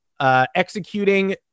Executing